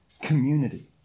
community